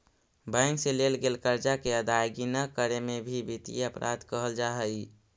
bank से लेल गेल कर्जा के अदायगी न करे में भी वित्तीय अपराध कहल जा हई